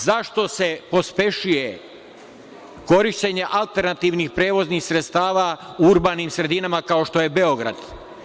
Zašto se pospešuje korišćenje alternativnih prevoznih sredstava u urbanim sredinama, kao što je Beograd?